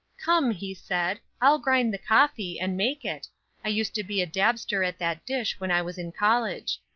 come, he said, i'll grind the coffee, and make it i used to be a dabster at that dish when i was in college.